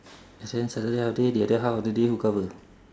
and then saturday half day the other half of the day who cover